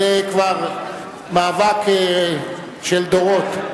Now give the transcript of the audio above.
זה כבר מאבק של דורות.